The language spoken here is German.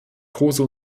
große